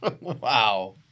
Wow